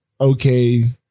okay